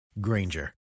granger